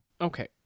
Okay